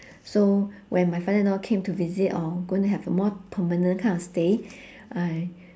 so when my father in law came to visit or going to have a more permanent kind of stay I